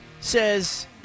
says